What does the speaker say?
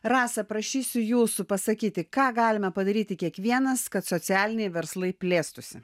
rasa prašysiu jūsų pasakyti ką galime padaryti kiekvienas kad socialiniai verslai plėstųsi